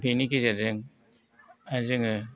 बेनि गेजेरजों आरो जोङो